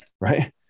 right